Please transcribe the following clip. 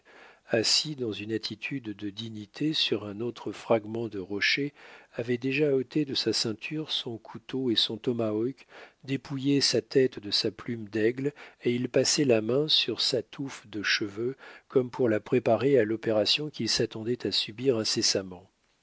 assis dans une attitude de dignité sur un autre fragment de rocher avait déjà ôté de sa ceinture son couteau et son tomahawk dépouillé sa tête de sa plume d'aigle et il passait la main sur sa touffe de cheveux comme pour la préparer à l'opération qu'il s'attendait à subir incessamment